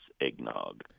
Eggnog